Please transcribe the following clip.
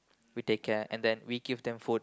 we take care we give them food